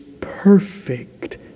perfect